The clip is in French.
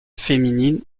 féminines